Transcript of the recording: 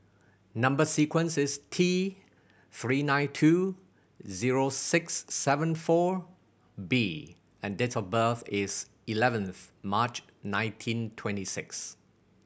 number sequence is T Three nine two zero six seven four B and date of birth is eleventh March nineteen twenty six